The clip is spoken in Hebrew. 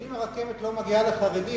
אבל אם הרכבת לא מגיעה לחרדים,